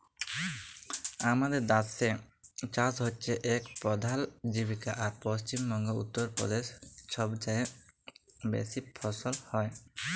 আমাদের দ্যাসে চাষ হছে ইক পধাল জীবিকা আর পশ্চিম বঙ্গে, উত্তর পদেশে ছবচাঁয়ে বেশি ফলল হ্যয়